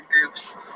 groups